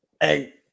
Hey